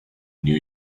new